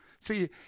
See